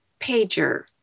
pager